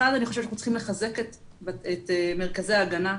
אחד אני חושבת שאנחנו צריכים לחזק את מרכזי ההגנה,